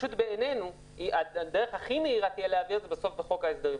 בסוף הדרך הכי מהירה להעביר את החקיקה הזאת היא בחוק ההסדרים.